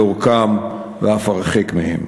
לאורכם ואף הרחק מהם.